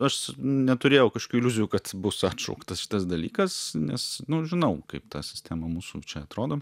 aš neturėjau kažkokių iliuzijų kad bus atšauktas šitas dalykas nes nu žinau kaip ta sistema mūsų čia atrodo